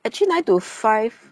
actually nine to five